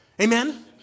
Amen